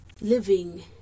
living